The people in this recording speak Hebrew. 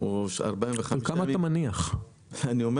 90 ימים לשם